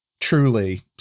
truly